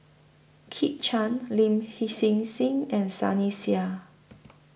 Kit Chan Lin He Hsin Hsin and Sunny Sia